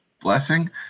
blessing